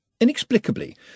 Inexplicably